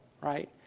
right